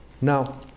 Now